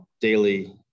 daily